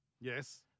Yes